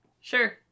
Sure